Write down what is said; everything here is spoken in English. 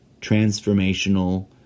transformational